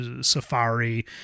safari